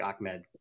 Ahmed